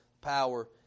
power